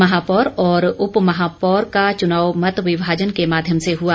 महापौर और उपमहापौर का चुनाव मतविभाजन के माध्यम से हुआ